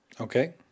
Okay